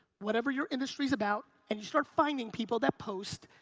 whatever your industry's about, and you start finding people that post,